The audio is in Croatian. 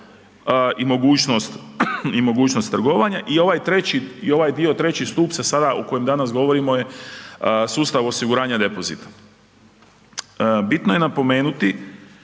i mogućnost trgovanja i ovaj treći, i ovaj dio treći stup se sada o kojem danas govorimo je sustav osiguranja depozita. Bitno je napomenuti